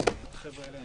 (היו"ר עמית הלוי,